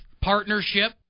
partnership